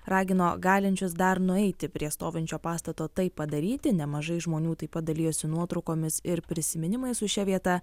ragino galinčius dar nueiti prie stovinčio pastato tai padaryti nemažai žmonių taip pat dalijosi nuotraukomis ir prisiminimais su šia vieta